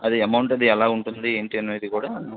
అది ఎమౌంట్ అది ఎలా ఉంటుంది ఏంటి అనేది కూడా